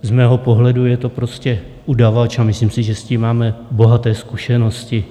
Z mého pohledu je to prostě udavač a myslím si, že s tím máme bohaté zkušenosti.